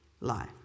life